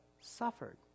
suffered